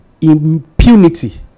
impunity